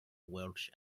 welsh